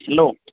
hello